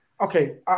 Okay